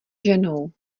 ženou